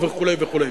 וכדומה.